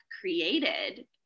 created